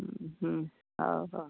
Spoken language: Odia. ହୁଁ ହୁଁ ହଉ ହଉ